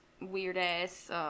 weird-ass